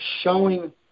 showing